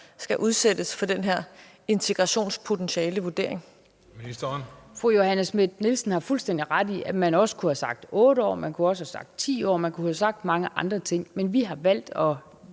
19:17 Udlændinge-, integrations- og boligministeren (Inger Støjberg): Fru Johanne Schmidt-Nielsen har fuldstændig ret i, at man også kunne have sagt 8 år. Man kunne også have sagt 10 år, og man kunne have sagt mange andre ting. Men vi har valgt at